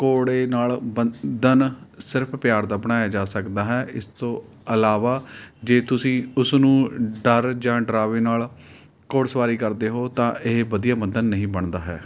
ਘੋੜੇ ਨਾਲ਼ ਬੰਧਨ ਸਿਰਫ਼ ਪਿਆਰ ਦਾ ਬਣਾਇਆ ਜਾ ਸਕਦਾ ਹੈ ਇਸ ਤੋਂ ਇਲਾਵਾ ਜੇ ਤੁਸੀਂ ਉਸ ਨੂੰ ਡਰ ਜਾ ਡਰਾਵੇ ਨਾਲ਼ ਘੋੜ ਸਵਾਰੀ ਕਰਦੇ ਹੋ ਤਾਂ ਇਹ ਵਧੀਆ ਬੰਧਨ ਨਹੀਂ ਬਣਦਾ ਹੈ